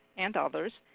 and others,